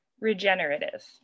Regenerative